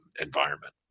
environment